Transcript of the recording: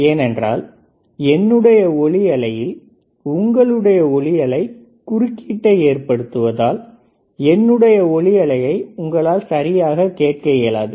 ஏனென்றால் என்னுடைய ஒலி அலையில் உங்களுடைய ஒலி அலை குறுக்கீட்டை ஏற்படுத்துவதால் என்னுடைய ஒலி அலையை உங்களால் சரியாக கேட்க இயலாது